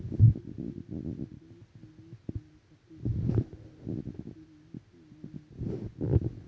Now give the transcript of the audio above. पीक विम्याच्यो दोन सामान्य श्रेणींका पीक उत्पन्न विमो आणि पीक महसूल विमो म्हणतत